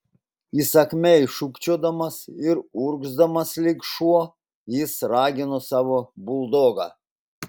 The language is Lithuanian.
įsakmiai šūkčiodamas ir urgzdamas lyg šuo jis ragino savo buldogą